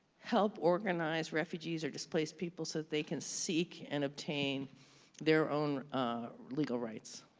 help organize refugees or displaced people so that they can seek and obtain their own legal rights.